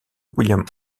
william